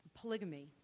polygamy